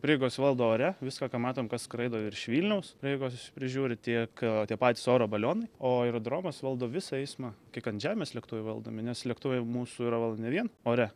prieigos valdo ore viską ką matom kas skraido virš vilniaus prieigos prižiūri tiek patys oro balionai o aerodromas valdo visą eismą kiek ant žemės lėktuvai valdomi nes lėktuvai mūsų yra valdomi ne vien ore